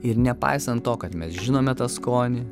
ir nepaisant to kad mes žinome tą skonį